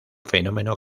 fenómeno